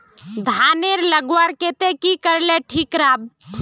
धानेर लगवार केते की करले ठीक राब?